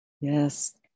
Yes